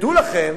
תדעו לכם